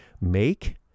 make